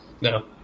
No